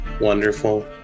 Wonderful